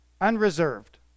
Unreserved